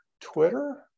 Twitter